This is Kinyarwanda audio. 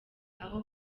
aho